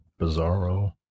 Bizarro